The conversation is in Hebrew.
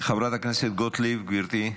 חברת הכנסת גוטליב, גברתי.